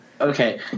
Okay